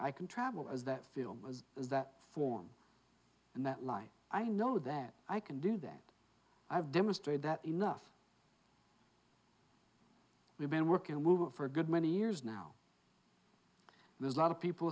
i can travel as that film was that form and that life i know that i can do that i have demonstrated that enough we've been working on moving for a good many years now there's a lot of people